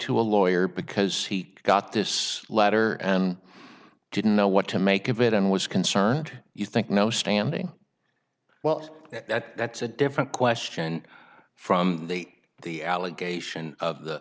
to a lawyer because he got this letter and didn't know what to make of it and was concerned you think no standing well that that's a different question from the allegation of th